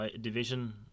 division